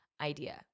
idea